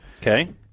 Okay